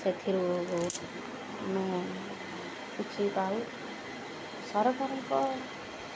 ସେଥିରୁ ଆମେ କିଛି ପାଉ ସରକାରଙ୍କ